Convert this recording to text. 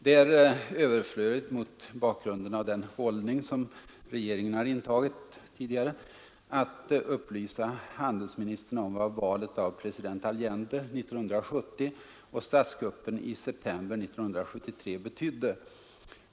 Det är överflödigt — mot bakgrunden av den hållning som regeringen har intagit tidigare — att upplysa handelsministern om vad valet av president Allende 1970 och statskuppen i september 1973 betydde.